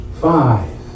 five